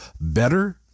better